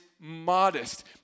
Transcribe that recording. modest